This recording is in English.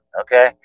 okay